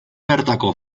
bertako